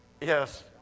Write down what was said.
Yes